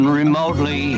remotely